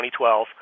2012